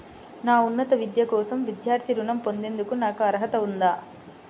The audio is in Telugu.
నా ఉన్నత విద్య కోసం విద్యార్థి రుణం పొందేందుకు నాకు అర్హత ఉందా?